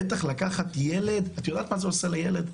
בטח לקחת ילד את יודעת מה זה עושה לילד?